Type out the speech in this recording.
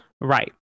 Right